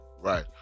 Right